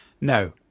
No